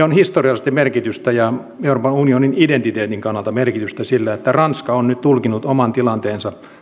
on historiallisesti merkitystä ja euroopan unionin identiteetin kannalta merkitystä sillä että ranska on nyt tulkinnut oman tilanteensa